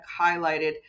highlighted